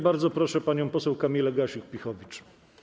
Bardzo proszę panią poseł Kamilę Gasiuk-Pihowicz.